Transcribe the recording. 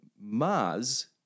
Mars